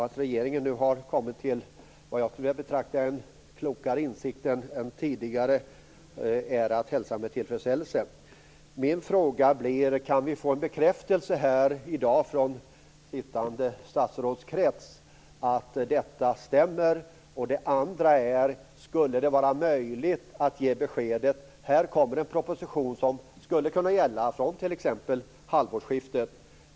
Att regeringen nu har kommit till vad jag skulle vilja betrakta som en klokare insikt än tidigare är att hälsa med tillfredsställelse. Min fråga blir: Kan vi få en bekräftelse här i dag från sittande statsrådskrets att detta stämmer? Det andra är: Skulle det vara möjligt att ge beskedet att det kommer en proposition som skulle kunna gälla från t.ex. halvårsskiftet?